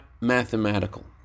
mathematical